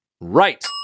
Right